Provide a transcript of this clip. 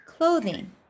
Clothing